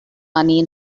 money